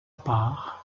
part